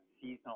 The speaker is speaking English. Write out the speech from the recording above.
seasonal